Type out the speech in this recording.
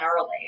early